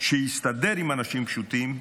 שהסתדר עם אנשים פשוטים,